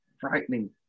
frightening